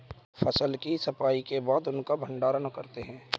फसल की सफाई के बाद उसका भण्डारण करते हैं